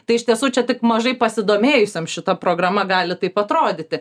tai iš tiesų čia tik mažai pasidomėjusiem šita programa gali taip atrodyti